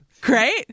great